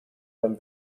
beim